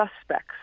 suspects